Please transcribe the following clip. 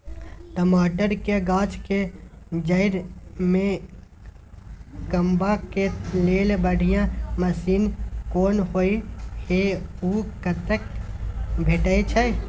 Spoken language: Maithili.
टमाटर के गाछ के जईर में कमबा के लेल बढ़िया मसीन कोन होय है उ कतय भेटय छै?